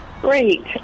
Great